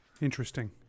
Interesting